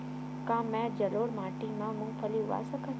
का मैं जलोढ़ माटी म मूंगफली उगा सकत हंव?